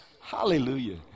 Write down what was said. Hallelujah